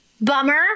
Bummer